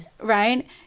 Right